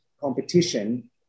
competition